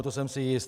To jsem si jist.